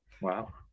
Wow